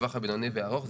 בטווח הבינוני והארוך,